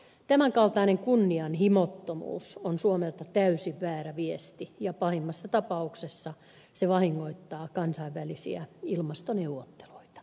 tämän kaltainen kunnianhimottomuus on suomelta täysin väärä viesti ja pahimmassa tapauksessa se vahingoittaa kansainvälisiä ilmastoneuvotteluita